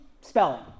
spelling